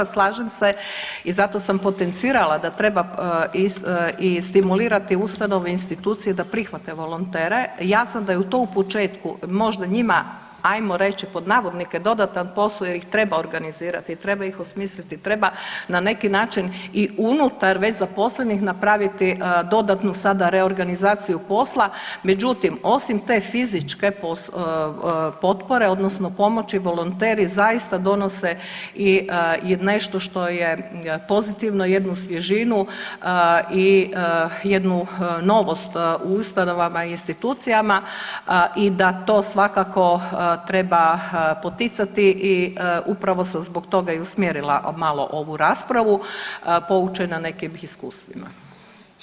Slažem se, i zato sam potencirala da treba i stimulirati ustanove, institucije da prihvate volontere, jasno da je to u početku možda njima, ajmo reći, pod navodnike, dodatan posao jer ih treba organizirati, treba ih osmisliti, treba na neki način i unutar već zaposlenih napraviti dodatno sada reorganizaciju posla, međutim, međutim, osim te fizičke potpore, odnosno pomoći, volonteri zaista donose i nešto što je pozitivno, jednu svježinu i jednu novost u ustanovama i institucijama i da to svakako treba poticati i upravo sam zbog toga i usmjerila malo ovu raspravu poučena nekim iskustvima.